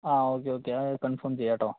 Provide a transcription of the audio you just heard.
ആ okay okay അത് confirm ചെയ്യാം കേട്ടോ